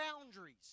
boundaries